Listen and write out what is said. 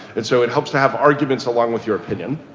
and so it helps to have arguments along with your opinion.